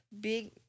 big